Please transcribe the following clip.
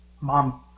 mom